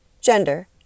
gender